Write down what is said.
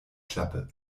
klappe